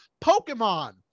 Pokemon